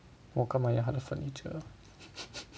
我干吗要他的 furniture